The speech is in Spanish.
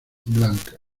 black